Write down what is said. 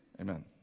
Amen